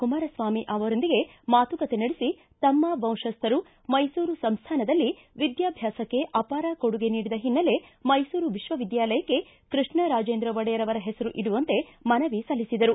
ಕುಮಾರಸ್ವಾಮಿ ಅವರೊಂದಿಗೆ ಮಾತುಕತೆ ನಡೆಸಿ ತಮ್ಮ ವಂಶಸ್ಥರು ಮೈಸೂರು ಸಂಸ್ಥಾನದಲ್ಲಿ ವಿದ್ಯಾಭ್ಯಾಸಕ್ಕೆ ಅಪಾರ ಕೊಡುಗೆ ನೀಡಿದ ಹಿನ್ನೆಲೆ ಮೈಸೂರು ವಿಶ್ವವಿದ್ಯಾಲಯಕ್ಕೆ ಕೃಷ್ಣ ರಾಜೇಂದ್ರ ಒಡೆಯರ ಅವರ ಹೆಸರು ಇಡುವಂತೆ ಮನವಿ ಸಲ್ಲಿಸಿದರು